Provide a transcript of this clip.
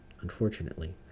Unfortunately